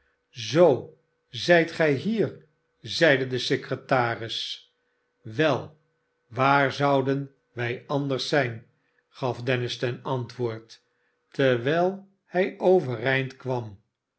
zoo zijt gij hier zeide de secretaris swel waar zouden wij anders zijn gaf dennis ten antwoord terwijl hij overeind kwam